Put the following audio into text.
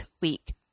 week